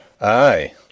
Aye